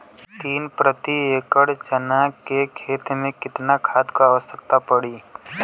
तीन प्रति एकड़ चना के खेत मे कितना खाद क आवश्यकता पड़ी?